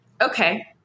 okay